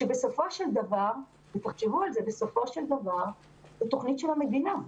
כאשר בסופו של דבר היא תוכנית של המדינה.